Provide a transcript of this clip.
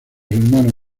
hermanos